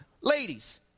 Ladies